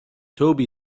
toby